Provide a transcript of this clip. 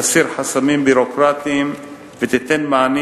תסיר חסמים ביורוקרטיים ותיתן מענים